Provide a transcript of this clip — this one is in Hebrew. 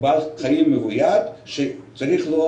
בעל חיים מבוית שצריכים להיות לו